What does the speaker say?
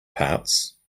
parts